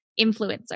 influencer